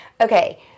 Okay